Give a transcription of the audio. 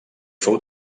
fou